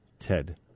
Ted